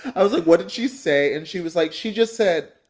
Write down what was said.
i was like, what did she say? and she was like, she just said,